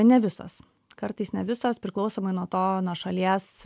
ne visos kartais ne visos priklausomai nuo to nuo šalies